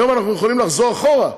והיום אנחנו יכולים לחזור אחורה,